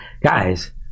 Guys